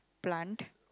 plant